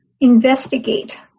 investigate